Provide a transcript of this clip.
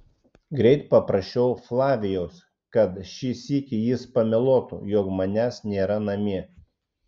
greit paprašiau flavijaus kad šį sykį jis pameluotų jog manęs nėra namie